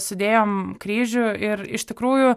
sudėjom kryžių ir iš tikrųjų